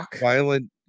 violent